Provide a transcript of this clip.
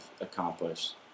accomplished